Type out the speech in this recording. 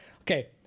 okay